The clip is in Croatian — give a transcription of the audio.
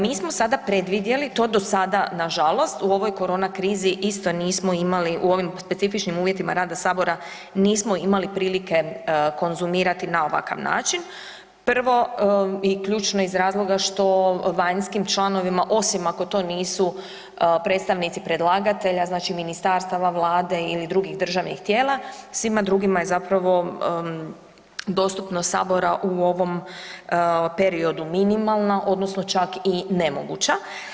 Mi smo sada predvidjeli, to do sada nažalost u ovoj korona krizi isto nismo imali, u ovim specifičnim uvjetima rada sabora nismo imali prilike konzumirati na ovakav način, prvo i ključno iz razloga što vanjskim članovima osim ako to nisu predstavnici predlagatelja, znači ministarstava, vlade ili drugih državnih tijela, svima drugima je zapravo dostupnost sabora u ovom periodu minimalna odnosno čak i nemoguća.